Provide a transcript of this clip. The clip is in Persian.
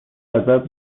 ازت